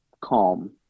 calm